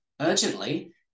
urgently